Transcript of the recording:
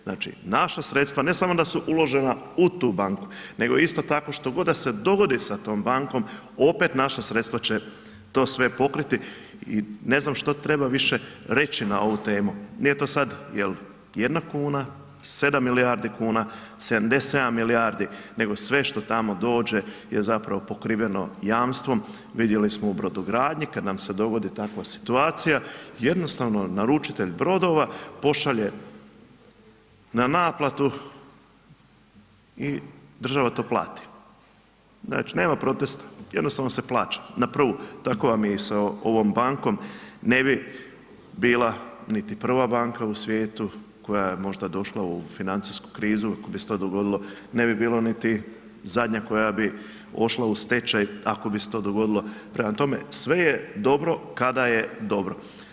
Znači naša sredstva ne samo da su uložena u tu banku nego isto tako što god da se dogodi sa tom bankom opet naša sredstva će to sve pokriti i ne znam što treba više reći na ovu temu, nije to sad jel jedna kuna, 7 milijardi kuna, 77 milijardi nego sve što tamo dođe je zapravo pokriveno jamstvo, vidjeli smo u brodogradnji kad nam se dogodi takva situacija, jednostavno naručitelj brodova pošalje na naplatu i država to plati, znači nema protesta, jednostavno se plaća na prvu, tako vam je i sa ovom bankom, ne bi bila niti prva banka u svijetu koja je možda došla u financijsku krizu ako bi se to dogodilo, ne bi bilo niti zadnja koja bi otišla u stečaj ako bi se to dogodilo, prema tome, sve je dobro kada je dobro.